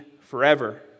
forever